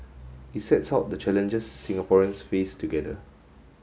it sets out the challenges Singaporeans face together